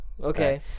Okay